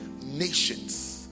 Nations